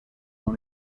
dans